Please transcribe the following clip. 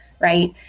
Right